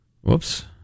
whoops